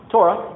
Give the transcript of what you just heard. Torah